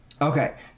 Okay